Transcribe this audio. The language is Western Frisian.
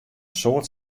soad